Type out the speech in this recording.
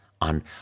on